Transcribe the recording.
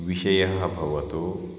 विषयः भवतु